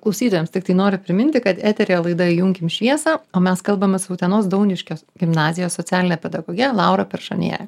klausytojams tiktai noriu priminti kad eteryje laida įjunkim šviesą o mes kalbamės su utenos dauniškio gimnazijos socialine pedagoge laura peršoniene